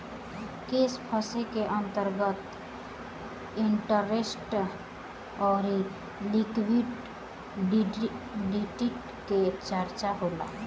cash flow के अंतर्गत interest rate अउरी लिक्विडिटी के चरचा होला